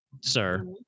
sir